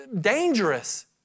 dangerous